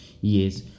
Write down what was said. Yes